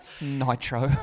Nitro